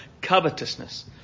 covetousness